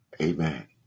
Amen